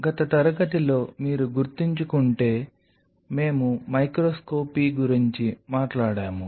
గత తరగతిలో మీరు గుర్తుంచుకుంటే మేము మైక్రోస్కోపీ గురించి మాట్లాడాము